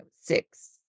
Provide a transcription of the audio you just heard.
six